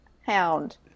hound